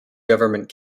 government